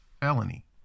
felony